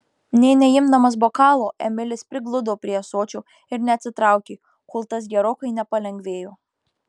nė neimdamas bokalo emilis prigludo prie ąsočio ir neatsitraukė kol tas gerokai nepalengvėjo